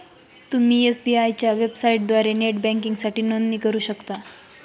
तुम्ही एस.बी.आय च्या वेबसाइटद्वारे नेट बँकिंगसाठी नोंदणी करू शकता